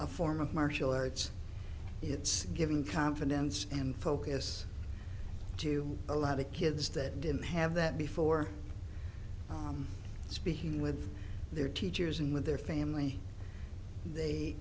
a form of martial arts it's giving confidence and focus to a lot of kids that didn't have that before speaking with their teachers and with their family they